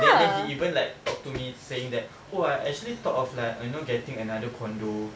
then then he even like talk to me saying that oh I actually thought of like you know getting another condo